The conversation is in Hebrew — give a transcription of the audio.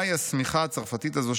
מהי השמיכה הצרפתית הזו,